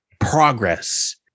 progress